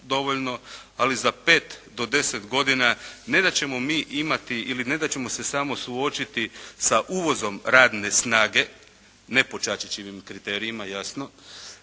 ali za 5 do 10 godina ne da ćemo mi imati ili ne da ćemo se samo suočiti sa uvozom radne snage, ne po Čačićevim kriterijima jasno,